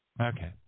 Okay